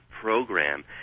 program